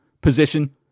position